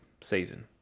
season